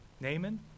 Naaman